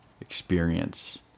experience